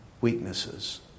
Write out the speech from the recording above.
weaknesses